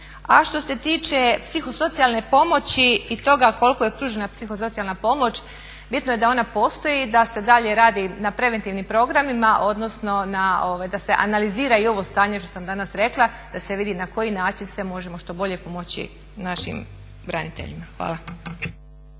A što se tiče psiho socijalne pomoći i toga koliko je pružena psiho socijalna pomoć. Bitno je da ona postoji i da se dalje radi na preventivnim programima, odnosno da se analizira i ovo stanje što sam danas rekla, da se vidi na koji način sve možemo što bolje pomoći našim braniteljima. Hvala.